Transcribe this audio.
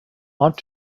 aunt